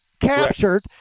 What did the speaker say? captured